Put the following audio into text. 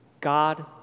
God